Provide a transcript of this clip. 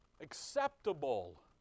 acceptable